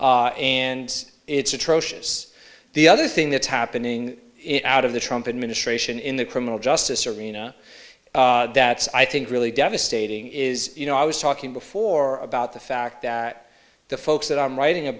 and it's atrocious the other thing that's happening it out of the trump administration in the criminal justice arena that's i think really devastating is you know i was talking before about the fact that the folks that i'm writing a